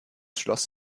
schloss